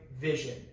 vision